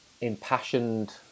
impassioned